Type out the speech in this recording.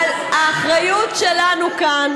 אבל האחריות שלנו כאן